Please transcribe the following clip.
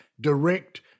direct